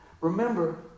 Remember